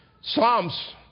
Psalms